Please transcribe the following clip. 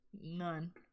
None